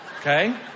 Okay